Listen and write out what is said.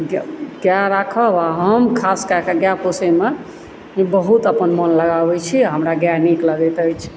गाय राखब आ हम खास कय कऽ गाय पोसेमे बहुत अपन मोन लगाबै छी आ हमरा गाय नीक लगैत अछि